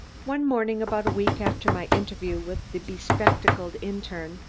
one morning, about a week after my interview with the be-spectacled interne,